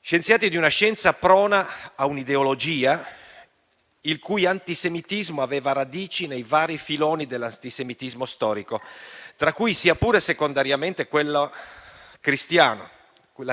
scienziati di una scienza prona a un'ideologia, il cui antisemitismo aveva radici nei vari filoni dell'antisemitismo storico, tra cui, sia pure secondariamente, la